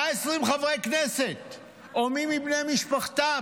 120 חברי כנסת או מי מבני משפחתם,